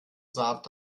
saat